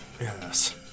Yes